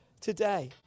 today